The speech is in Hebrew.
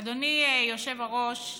אדוני היושב-ראש,